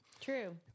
True